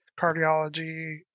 cardiology